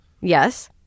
Yes